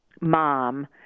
mom